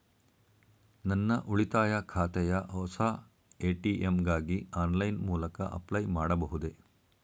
ನನ್ನ ಉಳಿತಾಯ ಖಾತೆಯ ಹೊಸ ಎ.ಟಿ.ಎಂ ಗಾಗಿ ಆನ್ಲೈನ್ ಮೂಲಕ ಅಪ್ಲೈ ಮಾಡಬಹುದೇ?